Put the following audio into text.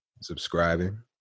Subscribing